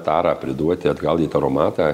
tarą priduoti atgal į taromatą